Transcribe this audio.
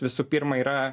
visų pirma yra